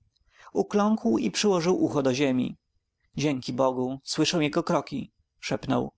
własnych uklęknął i przyłożył ucho do ziemi dzięki bogu słyszę jego kroki szepnął